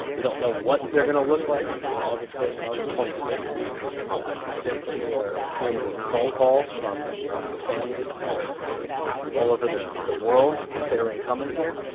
we don't know what they're going to look like between august first and august twenty sixth. we consistently are fielding phone calls from families that are you know all over the the world considering coming here,